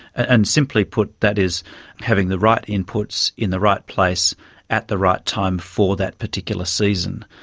and simply put that is having the right inputs in the right place at the right time for that particular season.